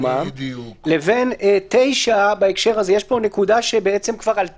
10. סעיף 8 הוא לא סעיף שיעורי לסעיף 10. כל מוסד